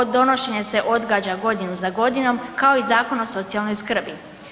Donošenje se odgađa godinu za godinom kao i Zakon o socijalnoj skrbi.